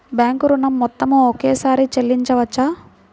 Bank ఋణం మొత్తము ఒకేసారి చెల్లించవచ్చా?